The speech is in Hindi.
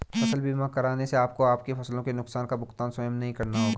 फसल बीमा कराने से आपको आपकी फसलों के नुकसान का भुगतान स्वयं नहीं करना होगा